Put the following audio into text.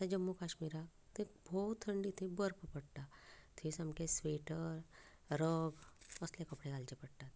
आतां जम्मू कश्मीराक थंय भोव थंडी थंय बर्फ पडटा थंय सारकें स्वेटर रग तसले कपडे घालचे पडटा